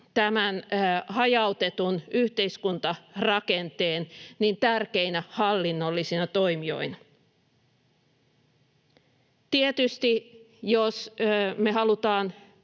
tämän hajautetun yhteiskuntarakenteen tärkeinä hallinnollisina toimijoina. Tietysti, jos me halutaan